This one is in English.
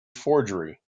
forgery